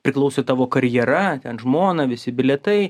priklauso tavo karjera ten žmona visi bilietai